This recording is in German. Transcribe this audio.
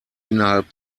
innerhalb